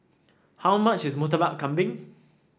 how much is Murtabak Kambing